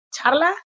charla